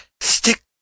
Stick